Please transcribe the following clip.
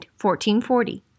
1440